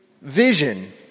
vision